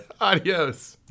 Adios